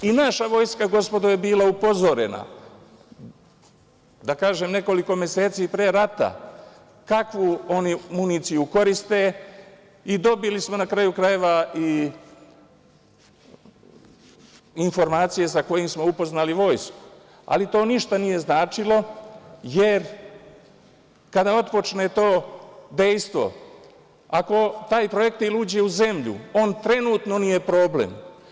Naša vojska, gospodo, je bila upozorena, da kažem, nekoliko meseci pre rata, kakvu oni municiju koriste i dobili smo na kraju krajeva i informacije sa kojima smo upoznali vojsku, ali to ništa nije značilo jer kada otpočne to dejstvo, ako taj projektil uđe u zemlju, on trenutno nije problem.